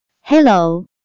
Hello